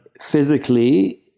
physically